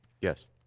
Yes